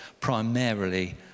primarily